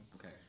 okay